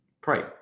Pray